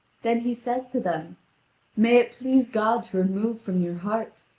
then he says to them may it please god to remove from your hearts,